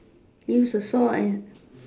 use a saw and